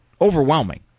Overwhelming